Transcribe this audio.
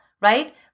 right